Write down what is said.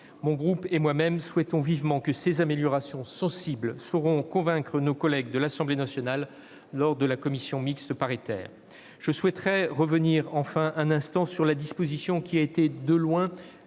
Mon groupe et moi-même souhaitons vivement que ces améliorations sensibles sauront convaincre nos collègues de l'Assemblée nationale lors de la commission mixte paritaire. Je reviendrai un instant sur la disposition qui a été, de loin,